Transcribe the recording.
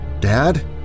Dad